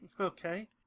Okay